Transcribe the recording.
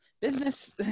business